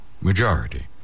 majority